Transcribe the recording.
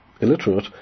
illiterate